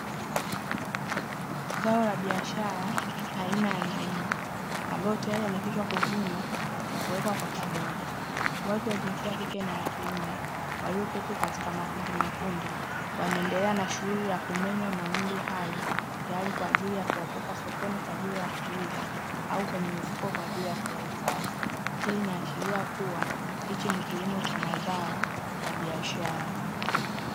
Zao la biashara aina ya mahindi ambayo tayari yamekwisha kuvunwa na kuwekwa kwa pamoja watu wa jinsia ya kike na ya kiume, walioketi katika makundi makundi wanaendelea na shughuli ya kumenya mahindi hayo tayari kwa ajili ya kuyapeleka sokoni kwa ajili ya kuuza au kwenye mifuko kwa ajili ya kuyahifadhi, hii inaashiria kuwa hichi ni kilimo cha mazao ya biashara.